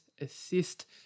assist